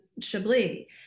Chablis